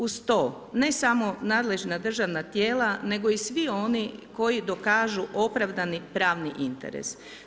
Uz to ne samo nadležna državna tijela nego i svi oni koji dokažu opravdani pravni interes.